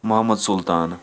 Mohammad Sultan